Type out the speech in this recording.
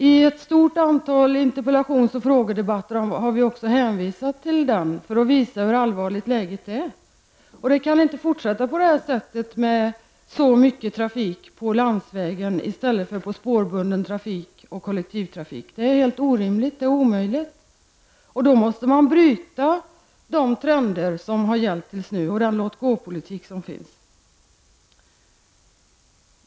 I ett stort antal interpellations och frågedebatter har vi också hänvisat till dessa rapporter för att visa hur allvarligt läget är. Det kan inte fortsätta på nuvarande sätt med så mycket trafik på landsvägarna i stället för spårbunden trafik och kollektivtrafik. Det är helt orimligt och omöjligt. Det gäller att bryta de trender som har gällt tills nu liksom den låt-gå-politik som har förts.